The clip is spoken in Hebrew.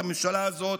הממשלה הזאת,